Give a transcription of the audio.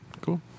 cool